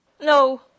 No